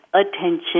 attention